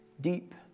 deep